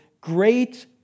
Great